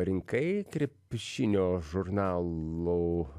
rinkai krepšinio žurnalų